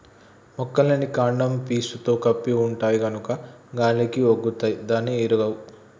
మొక్కలన్నీ కాండం పీసుతో కప్పి ఉంటాయి గనుక గాలికి ఒన్గుతాయి గాని ఇరగవు